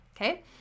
Okay